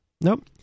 Nope